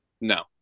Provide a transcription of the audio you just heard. No